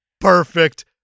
perfect